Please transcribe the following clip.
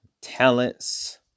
talents